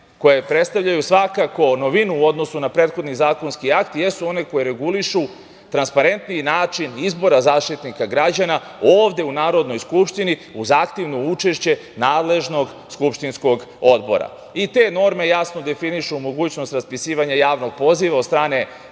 koje predstavljaju svakako novinu u odnosu na prethodni zakonski akt jesu one koje regulišu transparentniji način izbora Zaštitnika građana ovde u Narodnoj skupštini uz aktivno učešće nadležnog skupštinskog odbora. Te norme jasno definišu mogućnost raspisivanja javnog poziva od strane